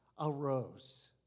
arose